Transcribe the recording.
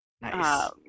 Nice